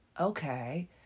okay